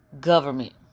government